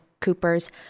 Coopers